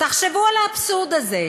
תחשבו על האבסורד הזה,